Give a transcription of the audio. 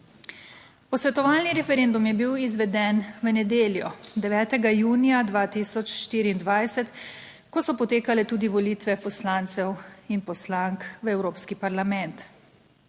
Posvetovalni referendum je bil izveden v nedeljo, 9. junija 2024, ko so potekale tudi volitve poslancev in poslank v Evropski parlament.